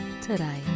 today